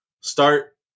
start